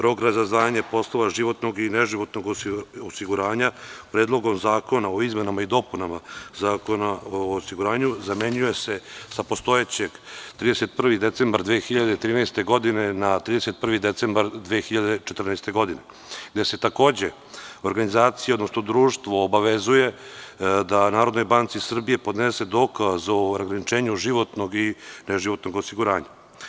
Rok za razdvajanje poslova životnog i neživotnog osiguranja Predlogom zakona o izmenama i dopunama Zakona o osiguranju zamenjuje se sa postojećeg 31. decembar 2013. na 31. decembar 2014. godine, gde se takođe organizacija, odnosno društvo obavezuje da NBS podnese dokaz o razgraničenju životnog i neživotnog osiguranja.